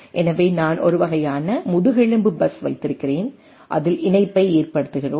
எனவே நான் ஒரு வகையான முதுகெலும்பு பஸ் வைத்திருக்கிறேன் அதில் இணைப்பை ஏற்படுத்துகிறோம்